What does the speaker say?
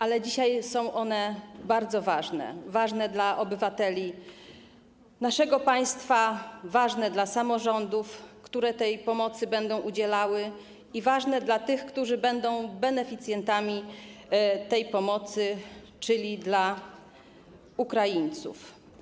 Ale dzisiaj są one bardzo ważne - ważne dla obywateli naszego państwa, ważne dla samorządów, które będą udzielały pomocy, i ważne dla tych, którzy będą beneficjentami tej pomocy, czyli dla Ukraińców.